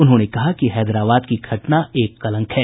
उन्होंने कहा कि हैदराबाद की घटना एक कलंक है